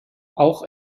auch